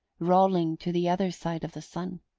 rolling to the other side of the sun.